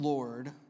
Lord